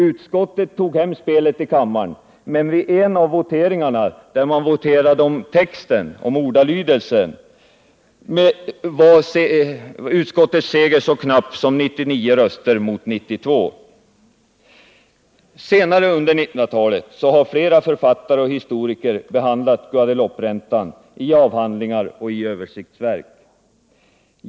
Utskottet tog hem spelet i kammaren, men vid en av voteringarna där man voterade om ordalydelsen var utskottets seger så knapp som 99 mot 92. Senare under 1900-talet har flera författare och historiker behandlat Guadelouperäntan i avhandlingar och översiktsverk.